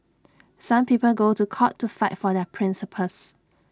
some people go to court to fight for their principles